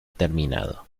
terminado